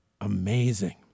Amazing